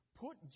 Put